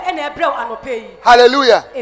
Hallelujah